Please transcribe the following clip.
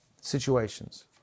situations